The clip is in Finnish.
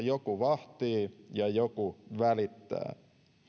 joku vahtii ja joku välittää